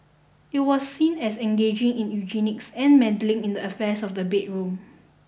it was seen as engaging in eugenics and meddling in the affairs of the bedroom